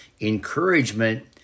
encouragement